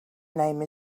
name